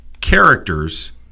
characters